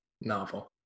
novel